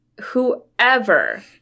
whoever